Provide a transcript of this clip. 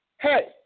hey